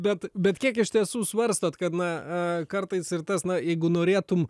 bet bet kiek iš tiesų svarstot kad na kartais ir tas na jeigu norėtum